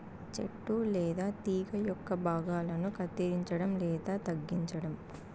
చెట్టు లేదా తీగ యొక్క భాగాలను కత్తిరించడం లేదా తగ్గించటం